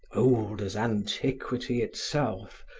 old as antiquity itself,